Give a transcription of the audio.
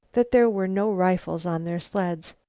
that there were no rifles on their sleds.